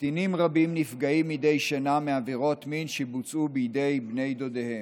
קטינים רבים נפגעים מדי שנה מעבירות מין שבוצעו בידי בני דודיהם.